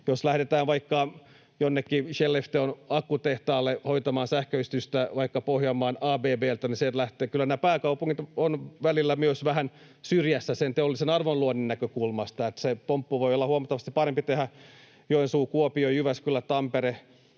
jos lähdetään vaikka jonnekin Skellefteån akkutehtaalle hoitamaan sähköistystä vaikka Pohjanmaan ABB:ltä, niin sieltä lähdetään. Pääkaupungit ovat kyllä välillä myös vähän syrjässä sen teollisen arvonluonnin näkökulmasta, niin että se pomppu voi olla huomattavasti parempi tehdä paikoista kuten Joensuu, Kuopio, Jyväskylä, Tampere,